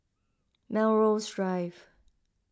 Melrose Drive